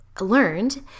learned